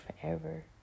forever